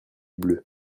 bleu